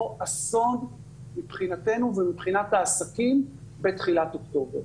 אסון מבחינתנו ומבחינת העסקים בתחילת אוקטובר.